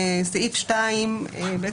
סעיף (2)